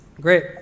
Great